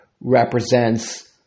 represents